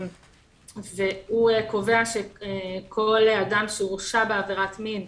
הוא קובע שכל אדם שהורשע בעבירת מין,